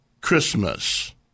Christmas